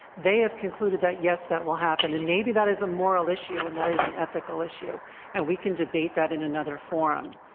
they have concluded that yes that will happen, and maybe that is a moral issue and that is an ethical issue and we can debate that in another forum,